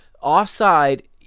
Offside